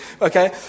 Okay